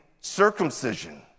circumcision